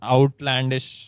Outlandish